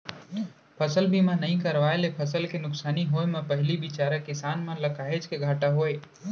फसल बीमा नइ करवाए ले फसल के नुकसानी होय म पहिली बिचारा किसान मन ल काहेच के घाटा होय